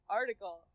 article